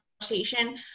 conversation